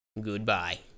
Goodbye